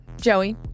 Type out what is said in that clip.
Joey